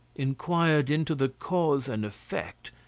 inquired into the cause and effect,